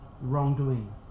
wrongdoing